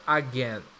again